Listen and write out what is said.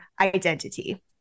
identity